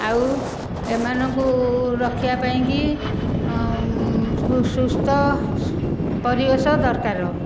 ଆଉ ଏମାନଙ୍କୁ ରଖିବା ପାଇଁକି ସୁସ୍ଥ ପରିବେଶ ଦରକାର